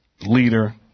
leader